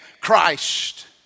Christ